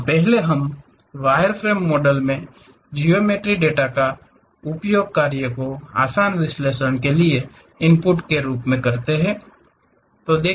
पहले wireframe model मे ज्यामिति डेटा का उपयोग कार्य को आसान विश्लेषण के लिए इनपुट के रूप में किया जाता है